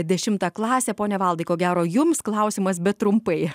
dešimtą klasę pone valdai ko gero jums klausimas bet trumpai